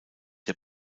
der